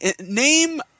Name